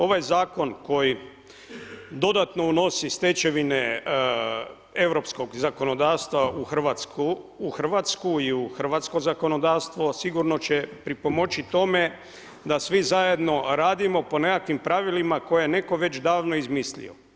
Ovaj zakon koji dodatno unosi stečevine europskog zakonodavstva u Hrvatsku i hrvatsko zakonodavstvo sigurno će pripomoći tome da svi zajedno radimo po nekakvim pravilima koje je netko već davno izmislio.